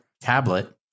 tablet